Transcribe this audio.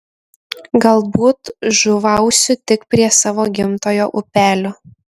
galbūt žuvausiu tik prie savo gimtojo upelio